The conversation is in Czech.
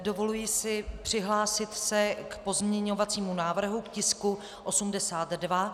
Dovoluji si přihlásit se k pozměňovacímu návrhu k tisku 82.